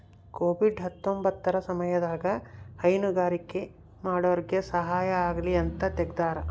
Covid ಹತ್ತೊಂಬತ್ತ ಸಮಯದಾಗ ಹೈನುಗಾರಿಕೆ ಮಾಡೋರ್ಗೆ ಸಹಾಯ ಆಗಲಿ ಅಂತ ತೆಗ್ದಾರ